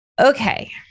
Okay